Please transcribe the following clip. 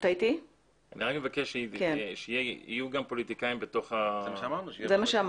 רק מבקש שיהיו גם פוליטיקאים בתוך ה --- זה מה שאמרנו.